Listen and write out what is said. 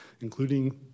including